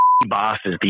bosses